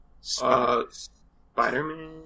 Spider-Man